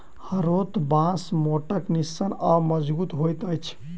हरोथ बाँस मोट, निस्सन आ मजगुत होइत अछि